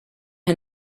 her